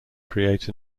create